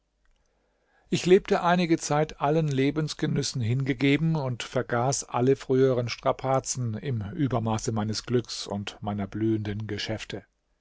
ich lebte einige zeit allen lebensgenüssen hingegeben und vergaß alle früheren strapazen im übermaße meines glücks und meiner blühenden geschäfte